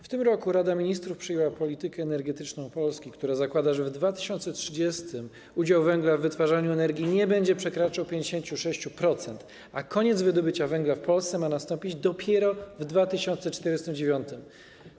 W tym roku Rada Ministrów przyjęła politykę energetyczną Polski, która zakłada, że w 2030 r. udział węgla w wytwarzaniu energii nie będzie przekraczał 56%, a koniec wydobycia węgla w Polsce ma nastąpić dopiero w 2049 r.